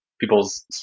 people's